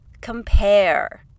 compare